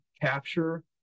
capture